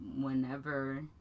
Whenever